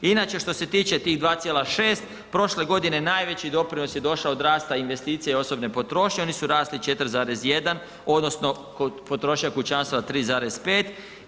Inače što se tiče 2,6 prošle godine najveći doprinos je došao od rasta investicija i osobne potrošnje oni su rasli 4,1 odnosno potrošnja kućanstava 3,5.